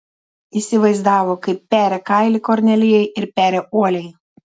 įsivaizdavo kaip peria kailį kornelijai ir peria uoliai